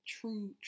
true